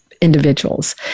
individuals